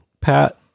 Pat